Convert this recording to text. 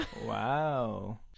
Wow